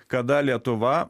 kada lietuva